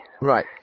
Right